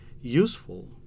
useful